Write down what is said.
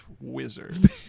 Wizard